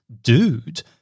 dude